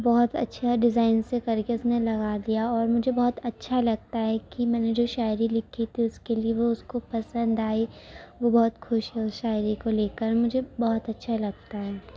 بہت اچھا ڈیزائن سے کر کے اس نے لگا دیا اور مجھے بہت اچھا لگتا ہے کہ میں نے جو شاعری لکھی تھی اس کے لیے وہ اس کو پسند آئی وہ بہت خوش ہوئی شاعری کو لے کر مجھے بہت اچھا لگتا ہے